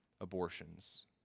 abortions